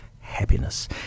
happiness